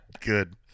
Good